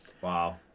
Wow